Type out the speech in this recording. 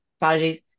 apologies